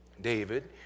David